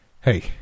Hey